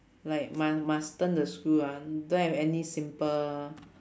like mu~ must turn the screw ah don't have any simple